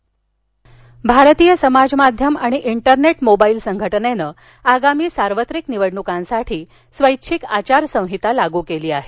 समाज माध्यम भारतीय समाज माध्यम आणि इन्टरनेट मोबाईल संघटनेनं आगामी सार्वत्रिक निवडणुकांसाठी स्वैच्छिक आचार संहिता लागू केली आहे